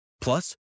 Plus